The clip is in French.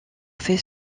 fait